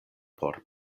por